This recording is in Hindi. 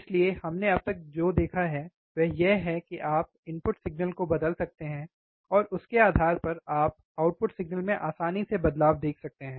इसलिए हमने अब तक जो देखा है वह यह है कि आप इनपुट सिग्नल को बदल सकते हैं और उसके आधार पर आप आउटपुट सिग्नल में आसानी से बदलाव देख सकते हैं